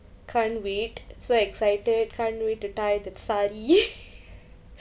can't wait so excited can't wait to try the saree